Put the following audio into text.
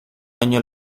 año